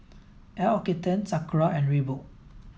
L'Occitane Sakura and Reebok